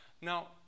Now